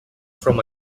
from